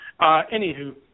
Anywho